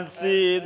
see